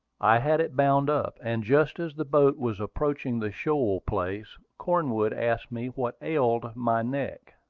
i had it bound up, and just as the boat was approaching the shoal place, cornwood asked me what ailed my neck.